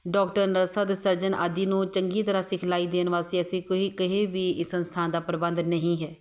doctor ਨਰਸਾਂ ਅਤੇ surgeon ਆਦਿ ਨੂੰ ਚੰਗੀ ਤਰ੍ਹਾਂ ਸਿਖਲਾਈ ਦੇਣ ਵਾਸਤੇ ਅਸੀਂ ਕੋਈ ਕਹੇ ਵੀ ਇਸ ਸੰਸਥਾ ਦਾ ਪ੍ਰਬੰਧ ਨਹੀਂ ਹੈ